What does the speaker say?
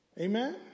Amen